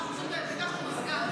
ביקשנו מזגן.